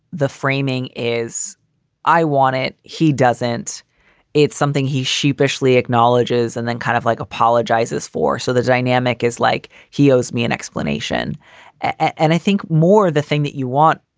the framing is i want it. he doesn't it's something he sheepishly acknowledges and then kind of like apologizes for so the dynamic is like he owes me an explanation and i think more the thing that you want,